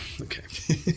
Okay